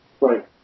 Right